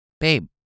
babe